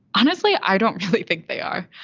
honestly, i don't think think they are.